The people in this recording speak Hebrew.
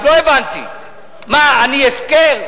אז לא הבנתי, מה, אני הפקר?